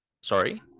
sorry